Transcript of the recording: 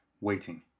waiting